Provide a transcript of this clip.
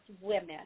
women